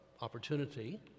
opportunity